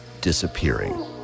disappearing